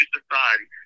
society